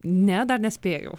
ne dar nespėjau